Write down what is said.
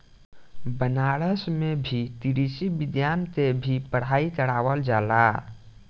बनारस में भी कृषि विज्ञान के भी पढ़ाई करावल जाला